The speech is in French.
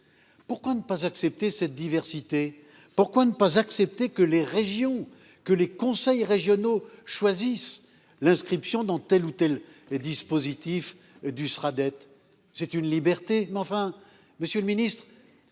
Pourquoi ne pas accepter cette diversité. Pourquoi ne pas accepter que les régions que les conseils régionaux choisissent l'inscription dans telle ou telle les dispositifs du sera dette c'est une liberté